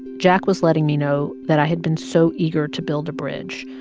jack was letting me know that i had been so eager to build a bridge,